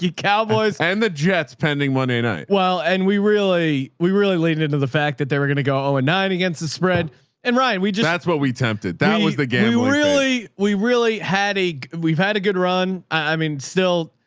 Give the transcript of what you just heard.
cowboys and the jets pending monday night. well, and we really, we really leaned into the fact that they were going to go, oh, and nine against the spread and ryan, we just, that's what we tempted. that was the game. really. we really had a, we've had a good run. i mean, still,